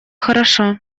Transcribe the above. хорошо